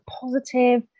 positive